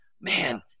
man